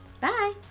Bye